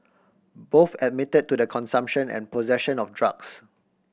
both admitted to the consumption and possession of drugs